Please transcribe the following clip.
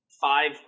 five